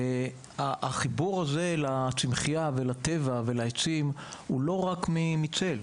החיבור הזה לצמחייה, לטבע ולעצים הוא לא רק מצל,